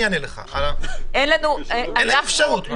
אין אפשרות.